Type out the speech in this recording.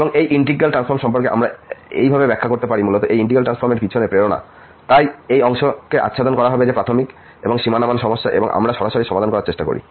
এবং এই integral transform সম্পর্কে আমরা এইভাবে ব্যাখ্যা করতে পারি মূলত এই ইন্টিগ্রাল ট্রান্সফর্ম এর পিছনে প্রেরণা তাই এই অংশকে আচ্ছাদন করা হবে যে প্রাথমিক এবং সীমানা মান সমস্যা এবং আমরা সরাসরি সমাধান করার চেষ্টা করি